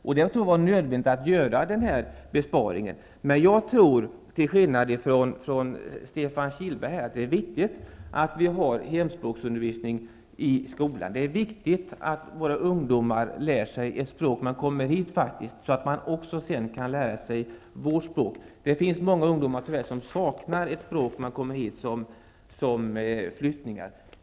Jag tror att det var nödvändigt att göra den besparingen, men jag tror till skillnad från Stefan Kihlberg att det är viktigt att det ges hemspråksundervisning i skolan. Det är viktigt att ungdomarna lär sig sitt modersmål, för att de också skall kunna lära sig vårt språk. Tyvärr saknar många ungdomar ett språk när de kommer hit som flyktingar.